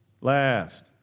last